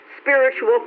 spiritual